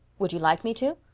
would you like me to?